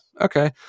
okay